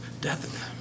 death